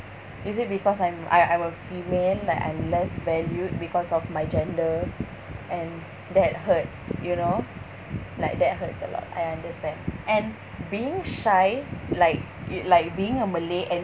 is it because I'm I I'm a female like I'm less valued because of my gender and that hurts you know like that hurts a lot I understand and being shy like like being a malay and